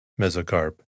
mesocarp